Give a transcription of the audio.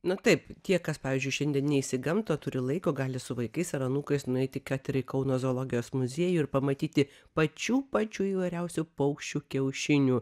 na taip tie kas pavyzdžiui šiandien neis į gamtą turi laiko gali su vaikais ar anūkais nueiti kad ir į kauno zoologijos muziejų ir pamatyti pačių pačių įvairiausių paukščių kiaušinių